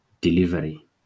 delivery